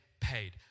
paid